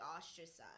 ostracized